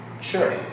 Sure